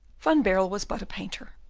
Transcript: van baerle was but a painter,